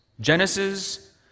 Genesis